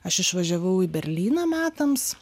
aš išvažiavau į berlyną metams